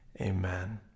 Amen